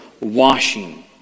washing